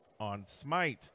OnSmite